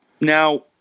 Now